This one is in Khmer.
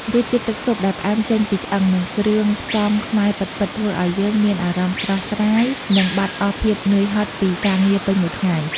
រសជាតិទឹកស៊ុបដែលផ្អែមចេញពីឆ្អឹង និងគ្រឿងផ្សំខ្មែរពិតៗ ធ្វើឱ្យយើងមានអារម្មណ៍ស្រស់ស្រាយ និងបាត់អស់ភាពនឿយហត់ពីការងារពេញមួយថ្ងៃ។